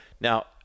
Now